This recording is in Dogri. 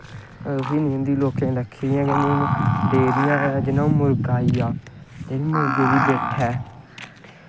हून ओह् बी नेईं होंदी लोकें रक्खी दियां गै नेईं जि'यां मुर्गा आइया जि'यां मुर्गे दी बिठ ऐ